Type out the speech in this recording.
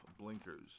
blinkers